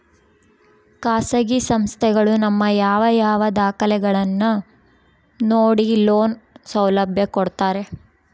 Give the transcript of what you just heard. ಖಾಸಗಿ ಸಂಸ್ಥೆಗಳು ನಮ್ಮ ಯಾವ ಯಾವ ದಾಖಲೆಗಳನ್ನು ನೋಡಿ ಲೋನ್ ಸೌಲಭ್ಯ ಕೊಡ್ತಾರೆ?